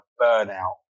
burnout